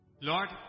Lord